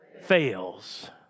fails